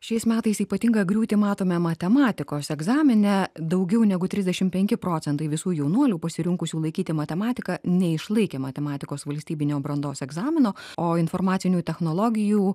šiais metais ypatingą griūtį matome matematikos egzamine daugiau negu trisdešim penki procentai visų jaunuolių pasirinkusių laikyti matematiką neišlaikė matematikos valstybinio brandos egzamino o informacinių technologijų